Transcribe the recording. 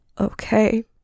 okay